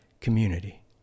community